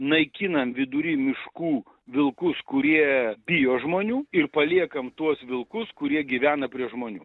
naikinam vidury miškų vilkus kurie bijo žmonių ir paliekam tuos vilkus kurie gyvena prie žmonių